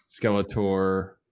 Skeletor